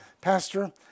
Pastor—